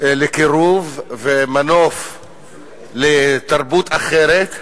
לקירוב ומנוף לתרבות אחרת,